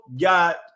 got